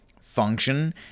function